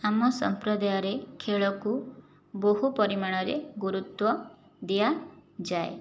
ଆମ ସମ୍ପ୍ରଦାୟରେ ଖେଳକୁ ବହୁ ପରିମାଣରେ ଗୁରୁତ୍ୱ ଦିଆଯାଏ